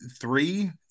Three